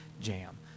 jam